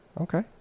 okay